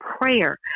prayer